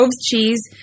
cheese